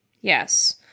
Yes